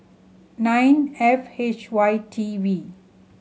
nine F H Y T V